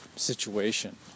situation